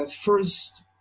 first